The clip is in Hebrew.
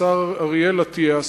השר אריאל אטיאס,